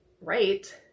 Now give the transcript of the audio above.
right